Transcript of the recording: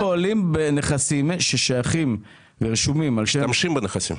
הם פועלים בנכסים ששייכים ורשומים על שם הקיבוץ.